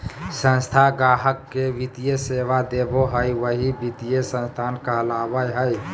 संस्था गाहक़ के वित्तीय सेवा देबो हय वही वित्तीय संस्थान कहलावय हय